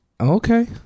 Okay